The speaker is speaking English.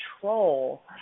control